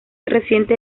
reciente